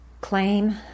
claim